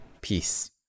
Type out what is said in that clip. peace